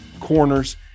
corners